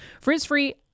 Frizz-free